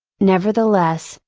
nevertheless,